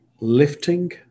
lifting